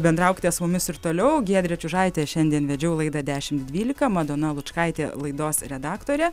bendraukite su mumis ir toliau giedrė čiužaitė šiandien vedžiau laidą dešim dvylika madona lučkaitė laidos redaktorė